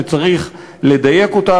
שצריך לדייק אותם,